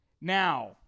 Now